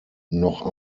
noch